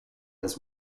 has